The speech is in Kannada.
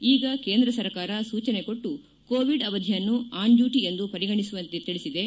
ಈಗ ಕೇಂದ್ರ ಸರ್ಕಾರ ಸೂಚನೆ ಕೊಟ್ಟು ಕೋವಿಡ್ ಅವಧಿಯನ್ನು ಆನ್ ಡ್ಕೂಟಿ ಎಂದು ಪರಗಣಿಸುವಂತೆ ತಿಳಿಸಿದೆ